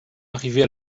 arrivée